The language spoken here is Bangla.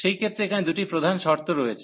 সেই ক্ষেত্রে এখানে দুটি প্রধান শর্ত রয়েছে